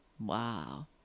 Wow